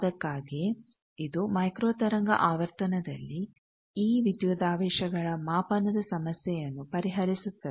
ಅದಕ್ಕಾಗಿಯೇ ಇದು ಮೈಕ್ರೋ ತರಂಗ ಆವರ್ತನದಲ್ಲಿ ಈ ವಿದ್ಯುದಾವೇಶಗಳ ಮಾಪನದ ಸಮಸ್ಯೆಯನ್ನು ಪರಿಹರಿಸುತ್ತದೆ